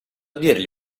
dirgli